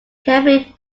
carefully